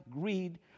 greed